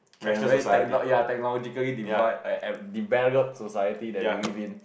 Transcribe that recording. when where tech ya technologically divide developed society that we live in